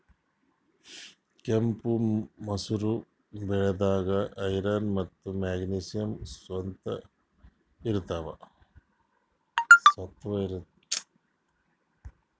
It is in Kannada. ಕೆಂಪ್ ಮಸೂರ್ ಬ್ಯಾಳಿದಾಗ್ ಐರನ್ ಮತ್ತ್ ಮೆಗ್ನೀಷಿಯಂ ಸತ್ವ ಇರ್ತವ್